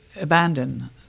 abandon